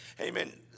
Amen